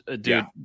Dude